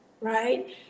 right